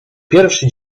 pierwszy